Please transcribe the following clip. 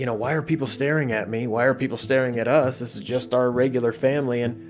you know why are people staring at me? why are people staring at us? this is just our regular family and